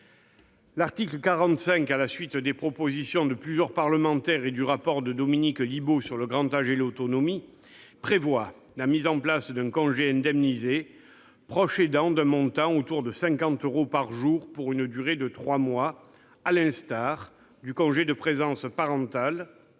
l'article 45, à la suite des propositions de plusieurs parlementaires et du rapport de Dominique Libault sur le grand âge et l'autonomie, prévoit la mise en place d'un congé indemnisé pour le proche aidant d'un montant avoisinant les 50 euros par jour pour une durée de trois mois, à l'instar du congé de présence parentale